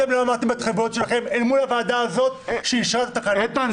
אתם לא עמדתם בהתחייבויות שלכם אל מול הוועדה הזאת שאישרה את התקנות.